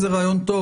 זה רעיון טוב,